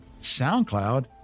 SoundCloud